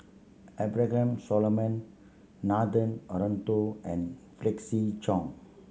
Abraham Solomon Nathan Hartono and Felix Cheong